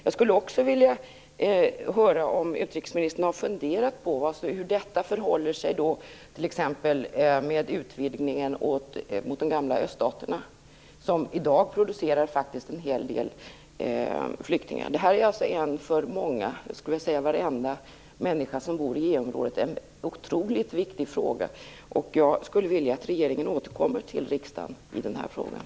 Jag skulle också vilja höra om utrikesministern har funderat över hur det förhåller sig t.ex. med utvidgningen mot de gamla öststaterna, som i dag faktiskt producerar en hel del flyktingar. Detta är en för många - ja, jag skulle vilja säga för varenda människa som bor i EU-området - otroligt viktig fråga. Jag skulle vilja att regeringen återkom till riksdagen i den frågan.